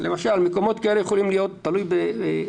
למשל מקומות כאלה יכולים להיות במקרה